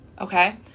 Okay